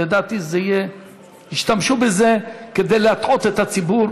לדעתי ישתמשו בזה כדי להטעות את הציבור.